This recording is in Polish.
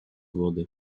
wody